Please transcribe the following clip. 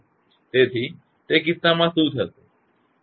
તેથી તે કિસ્સામાં શું થશે